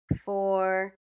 four